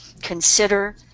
consider